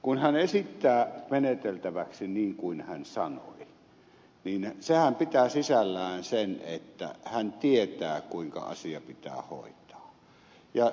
kun hän esittää meneteltäväksi niin kuin hän sanoi niin sehän pitää sisällään sen että hän tietää kuinka asia pitää hoitaa